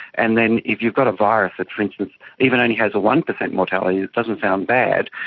and then if you've got a virus that, for instance, even only has a one percent mortality it doesn't sound bad,